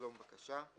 השלום בקשה";